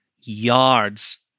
yards